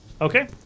Okay